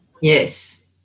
Yes